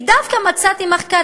ודווקא מצאתי מחקר,